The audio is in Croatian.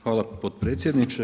Hvala potpredsjedniče.